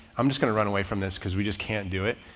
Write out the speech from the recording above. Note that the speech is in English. i'm just gonna run away from this cause we just can't do it.